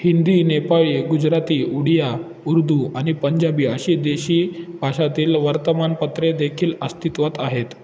हिंदी नेपाळी गुजराती उडिया उर्दू आणि पंजाबी अशी देशी भाषेतील वर्तमानपत्रे देखील अस्तित्वात आहेत